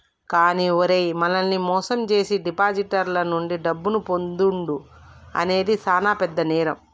కానీ ఓరై మనల్ని మోసం జేసీ డిపాజిటర్ల నుండి డబ్బును పొందుడు అనేది సాన పెద్ద నేరం